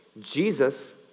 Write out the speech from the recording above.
Jesus